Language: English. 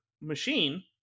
machine